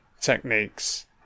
techniques